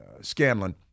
Scanlon